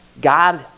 God